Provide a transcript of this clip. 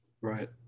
right